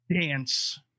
dance